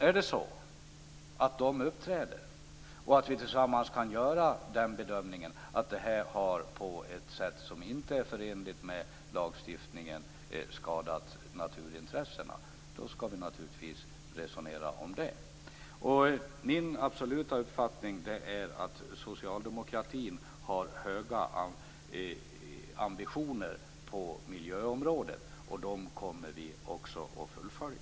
Om ett sådant exempel uppträder och vi tillsammans kan göra bedömningen att utbyggnaden har skadat naturintressena på ett sätt som inte är förenligt med lagstiftningen skall vi naturligtvis resonera om det. Min absoluta uppfattning är att socialdemokratin har höga ambitioner på miljöområdet. De kommer vi också att fullfölja.